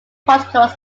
protocols